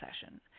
session